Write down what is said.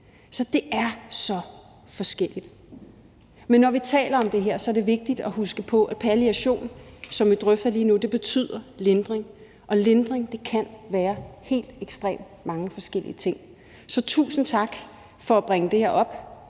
Så det er så forskelligt, og når vi taler om det her, er det vigtigt at huske på, at palliation, som vi drøfter lige nu, betyder lindring, og lindring kan være helt ekstremt mange forskellige ting. Så tusind tak for at bringe det her op.